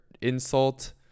insult